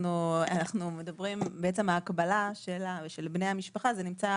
אנחנו מדברים, בעצם ההקבלה של בני המשפחה, זה נמצא